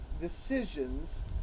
decisions